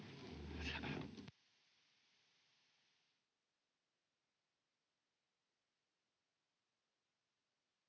Kiitos,